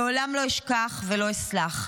לעולם לא אשכח ולא אסלח.